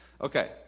Okay